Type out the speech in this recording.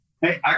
Hey